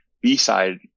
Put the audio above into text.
b-side